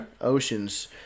oceans